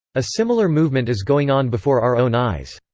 a similar movement is going on before our own eyes.